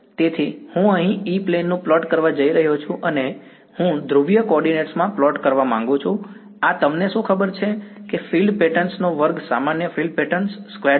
તેથી હું અહીં E પ્લેન નું પ્લોટ કરવા જઈ રહ્યો છું અને હું ધ્રુવીય કોઓર્ડિનેટ્સમાં પ્લોટ કરવા માંગુ છું આ તમને શું ખબર છે કે ફીલ્ડ પેટર્ન નો વર્ગ સામાન્ય ફીલ્ડ પેટર્ન સ્ક્વેર્ડ છે